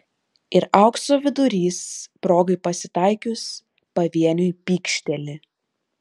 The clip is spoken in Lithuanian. ir aukso vidurys progai pasitaikius pavieniui pykšteli